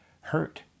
hurt